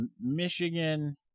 Michigan